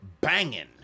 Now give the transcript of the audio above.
banging